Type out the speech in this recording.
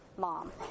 Mom